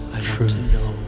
Truth